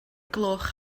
gloch